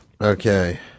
Okay